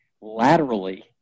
laterally